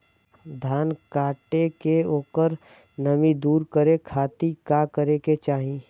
धान कांटेके ओकर नमी दूर करे खाती का करे के चाही?